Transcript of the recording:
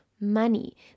Money